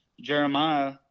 Jeremiah